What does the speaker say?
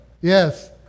Yes